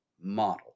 model